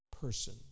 person